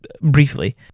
briefly